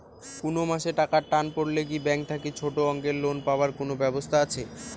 কুনো মাসে টাকার টান পড়লে কি ব্যাংক থাকি ছোটো অঙ্কের লোন পাবার কুনো ব্যাবস্থা আছে?